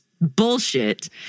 bullshit